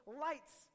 lights